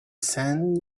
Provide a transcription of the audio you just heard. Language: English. sand